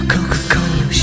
Coca-Cola